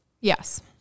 Yes